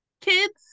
kids